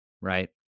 right